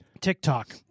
TikTok